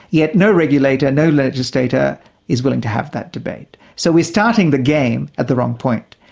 yet no regulator, no legislator is willing to have that debate. so we're starting the game at the wrong point.